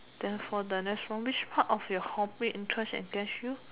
then for the next one which part of your hobby interest engage you